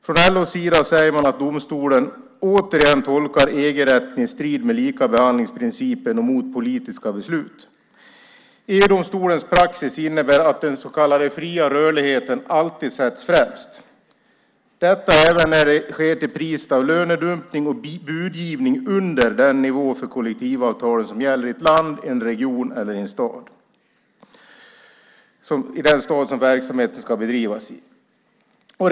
Från LO:s sida säger man att domstolen återigen tolkar EG-rätten i strid med likabehandlingsprincipen och mot politiska beslut. EG-domstolens praxis innebär att den så kallade fria rörligheten alltid sätts främst. Detta sker även till priset av lönedumpning och budgivning under den nivå för kollektivavtalen som gäller i det land, den region eller den stad som verksamheten ska bedrivas i.